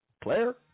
Claire